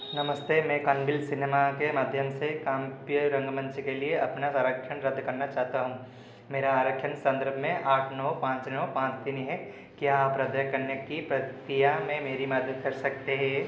नमस्ते मैं कांनडिल सिनेमा के माध्यम से कांपीय रंगमंच के लिए अपना आरक्षण रद्द करना चाहता हूँ मेरा आरक्षण संदर्भ है आठ नौ पाँच नौ पाँच तीन है क्या आप रद्द करने की प्रक्रिया में मेरी मदद कर सकते हैं